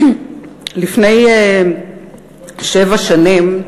לפני שבע שנים,